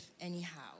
anyhow